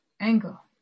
angle